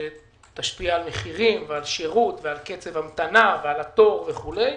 שתשפיע על מחירים ועל שירות ועל קצב המתנה ועל התור וכו'.